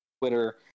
Twitter